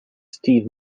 steve